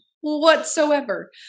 whatsoever